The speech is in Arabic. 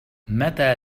متى